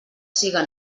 siga